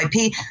IP